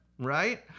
right